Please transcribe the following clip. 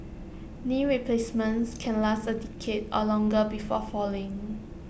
knee replacements can last A decade or longer before failing